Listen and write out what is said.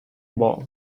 wall